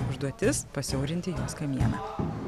užduotis pasiaurinti jos kamieną